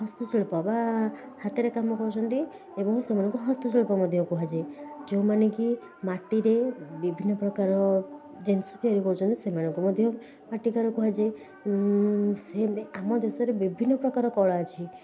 ହସ୍ତଶିଳ୍ପ ବା ହାତରେ କାମ କରୁଛନ୍ତି ଏବଂ ସେମାନଙ୍କୁ ହସ୍ତଶିଳ୍ପ ମଧ୍ୟ କୁହାଯାଏ ଯେଉଁମାନେ କି ମାଟିରେ ବିଭିନ୍ନ ପ୍ରକାର ଜିନିଷ ତିଆରି କରୁଛନ୍ତି ସେମାନଙ୍କୁ ମଧ୍ୟ ମାଟିକାର କୁହାଯାଏ ସେମିତି ଆମ ଦେଶରେ ବିଭିନ୍ନ ପ୍ରକାର କଳା ଅଛି